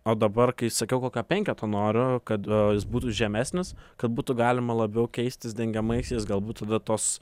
o dabar kai sakiau kokio penketo noriu kad jis būtų žemesnis kad būtų galima labiau keistis dengiamaisiais galbūt tada tos